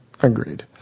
Agreed